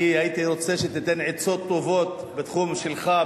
אני הייתי רוצה שתיתן עצות טובות בתחום שלך,